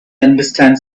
understand